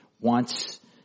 wants